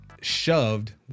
shoved